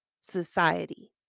society